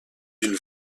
d’une